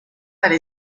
para